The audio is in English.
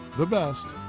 the best,